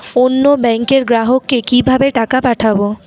অন্য ব্যাংকের গ্রাহককে কিভাবে টাকা পাঠাবো?